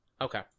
Okay